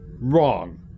wrong